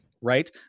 Right